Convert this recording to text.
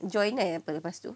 apa lepas tu